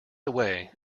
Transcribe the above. away